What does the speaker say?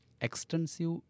extensive